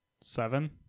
seven